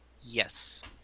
yes